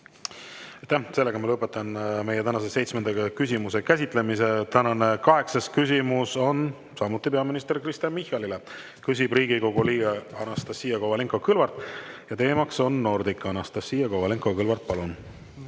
Aitäh! Lõpetan meie tänase seitsmenda küsimuse käsitlemise. Tänane kaheksas küsimus on samuti peaminister Kristen Michalile. Küsib Riigikogu liige Anastassia Kovalenko-Kõlvart ja teema on Nordica. Anastassia Kovalenko-Kõlvart, palun!